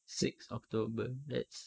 sixth october that's